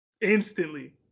Instantly